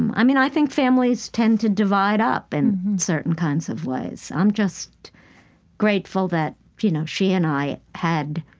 um i mean, i think families tend to divide up in certain kinds of ways. i'm just grateful that you know she and i had